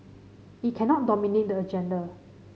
it cannot dominate the agenda